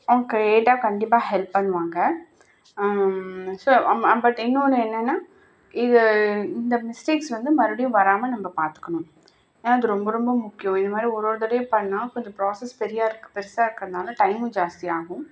அவங்க கேட்டால் கண்டிப்பாக ஹெல்ப் பண்ணுவாங்க ஸோ பட் இன்னொன்று என்னென்னால் இது இந்த மிஸ்டேக்ஸ் வந்து மறுபடியும் வராமல் நம்ம பார்த்துக்கணும் ஏன்னால் அது ரொம்ப ரொம்ப முக்கியம் இதுமாதிரி ஒரு ஒரு தடவையும் பண்ணுன்னால் கொஞ்சம் ப்ராஸெஸ் பெரியாருக்கு பெருசாக இருக்கிறனால டைம் ஜாஸ்தி ஆகும்